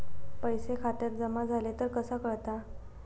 पैसे खात्यात जमा झाले तर कसा कळता?